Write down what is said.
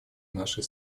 нашей